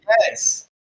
Yes